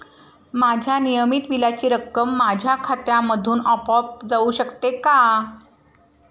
माझ्या नियमित बिलाची रक्कम माझ्या खात्यामधून आपोआप जाऊ शकते का?